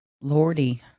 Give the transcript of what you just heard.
Lordy